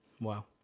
Wow